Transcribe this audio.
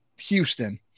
Houston